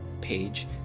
page